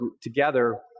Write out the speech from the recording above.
together